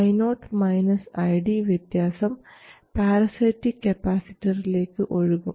Io ID വ്യത്യാസം parasitic കപ്പാസിറ്ററിലേക്ക് ഒഴുകും